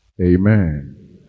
amen